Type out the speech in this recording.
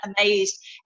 amazed